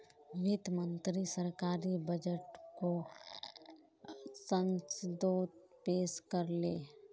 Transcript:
वित्त मंत्री सरकारी बजटोक संसदोत पेश कर ले